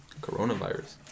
Coronavirus